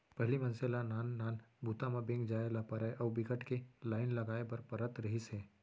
पहिली मनसे ल नान नान बूता म बेंक जाए ल परय अउ बिकट के लाईन लगाए ल परत रहिस हे